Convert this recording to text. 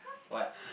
what